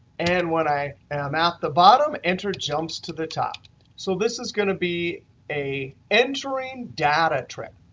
and when i am at the bottom, enter jumps to the top. so this is going to be a entering data trick.